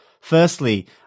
firstly